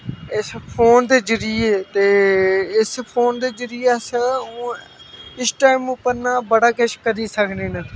इस फोन दे जरिये ते इस फोन दे जरिये अस इस टैम उप्पर ना बड़ा किश करी सकनें न